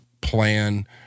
plan